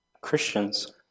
Christians